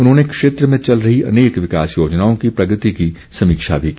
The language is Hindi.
उन्होंने क्षेत्र में चल रही अनेक विकास योजनाओं की प्रगति की समीक्षा भी की